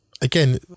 again